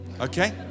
Okay